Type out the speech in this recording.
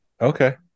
Okay